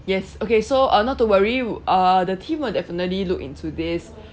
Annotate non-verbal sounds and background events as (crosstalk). yes okay so uh not to worry w~ uh the team will definitely look into this (breath)